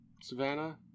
Savannah